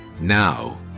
Now